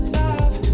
love